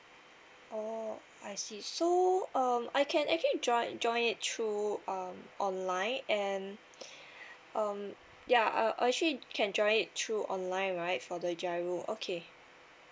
oh I see so um I can actually join join it through um online and um ya uh I actually can join it through online right for the GIRO okay